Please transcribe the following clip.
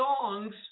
songs